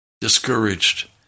discouraged